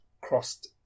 crossed